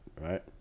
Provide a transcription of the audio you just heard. right